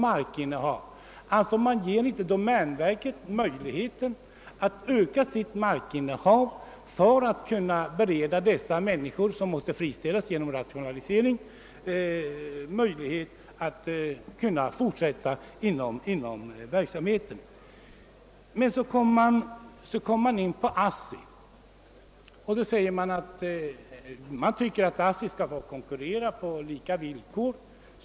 Man ger alltså inte domänverket denna möjlighet att bereda de människor som måste friställas genom rationalisering sysselsättning. Men så kommer man in på ASSI. Mar tycker att ASSI skall få konkurrera med privata företag på lika villkor.